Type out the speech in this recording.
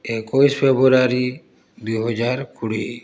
ଏକୋଇଶି ଫେବୃୟାରୀ ଦୁଇ ହଜାର କୁଡ଼ିଏ